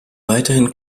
weiterhin